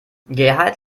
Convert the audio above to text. gerhard